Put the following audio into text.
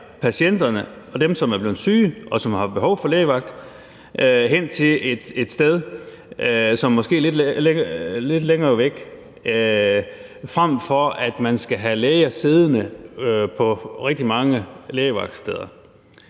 patienterne og dem, som er blevet syge, og som har behov for lægevagt, hen til et sted, som måske ligger lidt længere væk, frem for at man skal have læger siddende på rigtig mange lægevagtssteder.